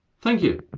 thank you.